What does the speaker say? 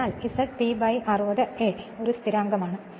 അതിനാൽ ZP 60 A ഒരു സ്ഥിരാങ്കമാണ്